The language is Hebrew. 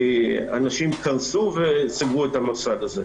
אנשים קרסו וסגרו את המקום הזה.